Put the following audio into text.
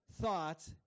Thought